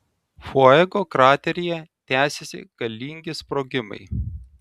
fuego krateryje tęsiasi galingi sprogimai